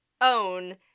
own